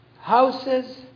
houses